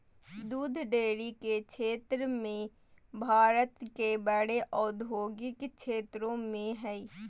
दूध डेरी के क्षेत्र भारत के बड़े औद्योगिक क्षेत्रों में हइ